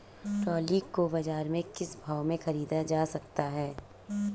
Trolley को बाजार से किस भाव में ख़रीदा जा सकता है?